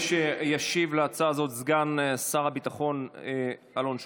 ישיב על ההצעה הזאת סגן שר הביטחון אלון שוסטר.